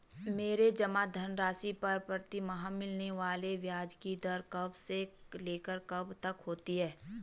मेरे जमा धन राशि पर प्रतिमाह मिलने वाले ब्याज की दर कब से लेकर कब तक होती है?